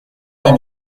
lès